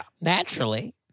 Naturally